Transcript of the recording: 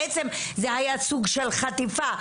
בעצם זה היה סוג של חטיפה.